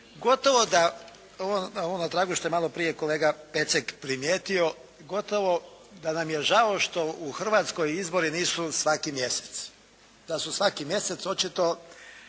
Gotovo na tragu ovoga što je maloprije kolega Pecek primijetio, gotovo da nam je žao što u Hrvatskoj izbori nisu svaki mjesec. Da svu svaki mjesec očito